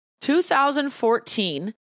2014